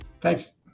Thanks